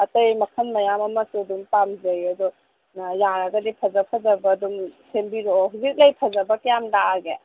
ꯑꯇꯩ ꯃꯈꯜ ꯃꯌꯥꯝ ꯑꯃꯁꯨ ꯑꯗꯨꯝ ꯄꯥꯝꯖꯩ ꯑꯗꯣ ꯌꯥꯔꯒꯗꯤ ꯐꯖ ꯐꯖꯕ ꯑꯗꯨꯝ ꯁꯦꯝꯕꯤꯔꯛꯑꯣ ꯍꯧꯖꯤꯛ ꯂꯩ ꯐꯖꯕ ꯀꯌꯥꯝ ꯂꯥꯛꯑꯒꯦ